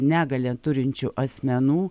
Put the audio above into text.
negalią turinčių asmenų